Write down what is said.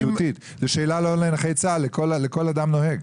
זאת שאלה לא רק לנכי צה"ל אלא לכל האזרחים שנוהגים.